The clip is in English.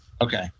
Okay